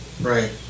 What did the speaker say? right